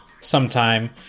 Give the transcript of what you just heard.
sometime